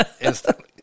Instantly